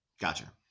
gotcha